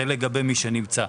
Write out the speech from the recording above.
זה לגבי מי שנמצא.